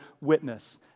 witness